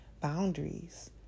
boundaries